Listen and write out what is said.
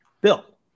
Bill